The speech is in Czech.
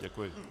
Děkuji.